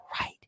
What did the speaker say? right